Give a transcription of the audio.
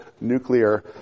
nuclear